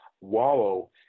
wallow